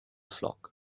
flock